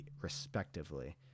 respectively